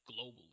globally